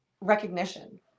recognition